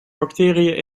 bacteriën